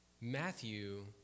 Matthew